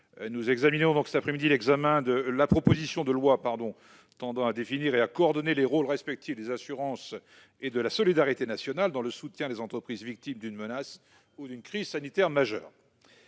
nous examinons cet après-midi la proposition de loi tendant à définir et à coordonner les rôles respectifs des assurances et de la solidarité nationale dans le soutien des entreprises victimes d'une menace ou d'une crise sanitaire majeure.